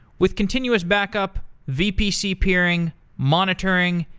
with continuous back-up, vpc peering, monitoring,